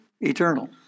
eternal